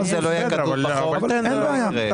אם זה לא יהיה כתוב בחוק זה לא יקרה.